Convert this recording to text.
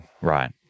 Right